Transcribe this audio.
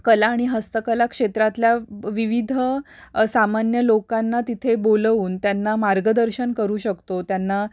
कला आणि हस्तकला क्षेत्रातल्या व विविध सामान्य लोकांना तिथे बोलवून त्यांना मार्गदर्शन करू शकतो त्यांना